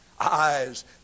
eyes